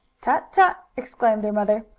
tut! tut! exclaimed their mother.